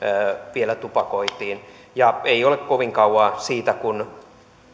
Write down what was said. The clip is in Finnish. vielä tupakoitiin ja ei ole kovin kauan siitä kun